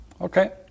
Okay